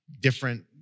different